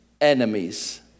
enemies